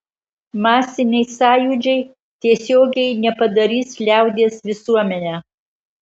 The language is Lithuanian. masiniai sąjūdžiai tiesiogiai nepadarys liaudies visuomene